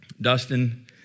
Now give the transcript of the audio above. Dustin